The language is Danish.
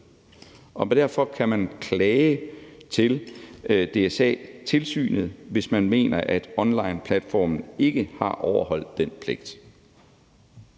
Derfor kan man klage til DSA-tilsynet, hvis man mener, at onlineplatformen ikke har overholdt den pligt.